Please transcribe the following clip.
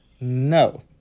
No